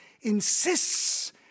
insists